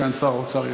סגן שר האוצר,